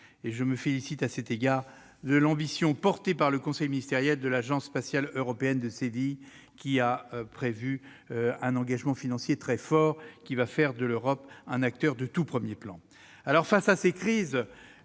Je me félicite à cet égard de l'ambition portée par le conseil ministériel de l'Agence spatiale européenne de Séville, qui a prévu un engagement financier très fort, lequel fera de l'Europe un acteur de tout premier plan. Face à ces crises,